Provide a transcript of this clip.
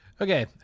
Okay